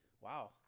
wow